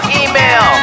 email